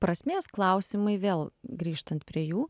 prasmės klausimai vėl grįžtant prie jų